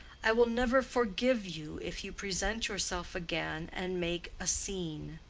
i will never forgive you if you present yourself again and make a scene.